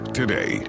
today